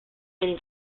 been